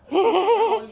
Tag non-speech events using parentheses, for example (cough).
(laughs)